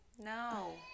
no